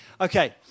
okay